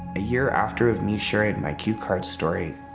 a year after of me sharing my cue card story,